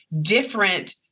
different